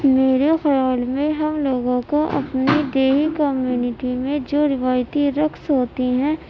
میرے خیال میں ہم لوگوں کو اپنی دیہی کمیونٹی میں جو روایتی رقص ہوتے ہیں